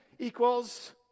equals